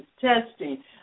testing